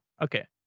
Okay